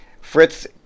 Fritz